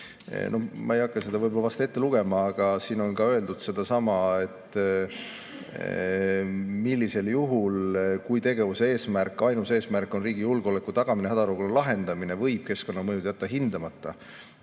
Ma ei hakka seda ette lugema, aga siin on ka öeldud sedasama, millisel juhul, kui tegevuse ainus eesmärk on riigi julgeoleku tagamine, hädaolukorra lahendamine, võib keskkonnamõjud jätta hindamata,